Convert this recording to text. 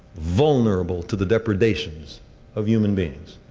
vulnerable to the depredations of human beings.